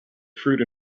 fruit